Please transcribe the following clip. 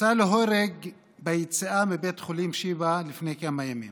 הוצא להורג ביציאה מבית החולים שיבא לפני כמה ימים